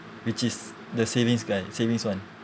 which is the savings guy savings one